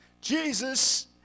Jesus